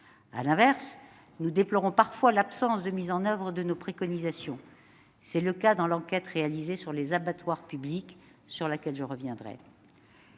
À l'inverse, nous déplorons parfois l'absence de mise en oeuvre de nos préconisations ; c'est le cas dans l'enquête réalisée sur les abattoirs publics, sur laquelle je reviendrai.